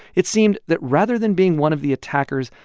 it seemed that rather than being one of the attackers,